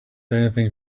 anything